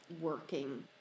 working